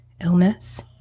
illness